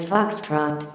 Foxtrot